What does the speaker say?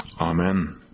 Amen